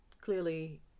Clearly